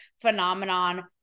phenomenon